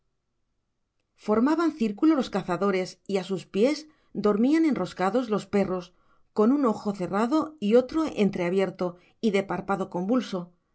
formaban círculo los cazadores y a sus pies dormían enroscados los perros con un ojo cerrado y otro entreabierto y de párpado convulso